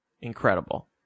incredible